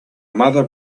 mother